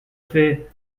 fait